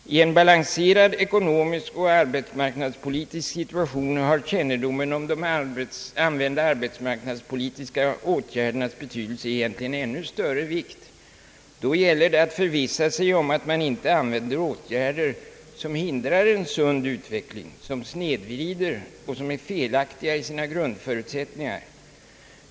I en balanserad ekonomisk och arbetsmarknadspolitisk situation har kännedomen om de vidtagna arbetsmarknadspolitiska åtgärdernas betydelse egentligen ännu större vikt. Då gäller det att förvissa sig om att man inte vidtar åtgärder som hindrar en sund utveckling som snedvrider och som är felaktiga i sina grundförutsättningar.